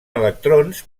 electrons